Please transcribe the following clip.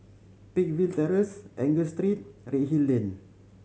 Peakville Terrace Angus Street and Redhill Lane